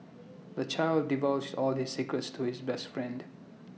the child divulged all his secrets to his best friend